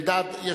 חבר הכנסת אלדד,